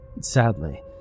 Sadly